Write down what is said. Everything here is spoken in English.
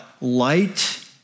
light